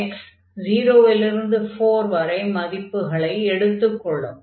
x 0 லிருந்து 4 வரை மதிப்புகளை எடுத்துக் கொள்ளும்